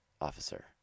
Officer